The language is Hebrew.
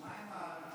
מה עם הטלפון,